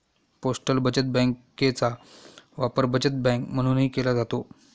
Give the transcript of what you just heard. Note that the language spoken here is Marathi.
पोस्टल बचत बँकेचा वापर बचत बँक म्हणूनही केला जातो